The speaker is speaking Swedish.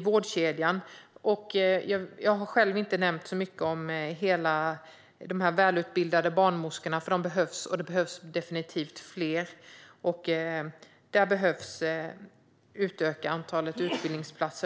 vårdkedjan. Jag har själv inte nämnt så mycket om de välutbildade barnmorskorna. De behövs, och det behövs definitivt fler. Där behöver antalet utbildningsplatser utökas.